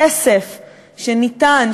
כסף שניתן,